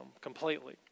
completely